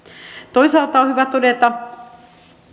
toisaalta on hyvä todeta